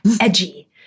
edgy